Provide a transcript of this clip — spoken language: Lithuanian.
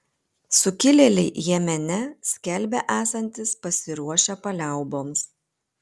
sukilėliai jemene skelbia esantys pasiruošę paliauboms